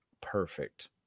perfect